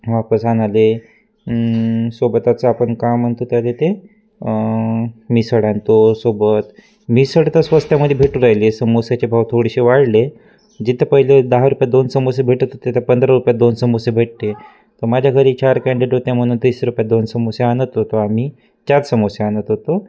वापस आनाले सोबतच आपण का म्हणतो त्याला ते मिसळ आणतो सोबत मिसळ तर स्वस्तामध्ये भेटून राहिली आहे सामोश्याचे भाव थोडेसे वाढले जिथं पहिले दहा रुपयांत दोन सामोसे भेटत हो ते आता पंधरा रुपयांत दोन सामोसे भेटते तर माझ्या घरी चार कँडिडेट होते म्हणून तीस रुपयांत दोन सामोसे आणत होतो आम्ही चार सामोसे आणत होतो